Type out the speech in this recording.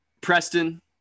Preston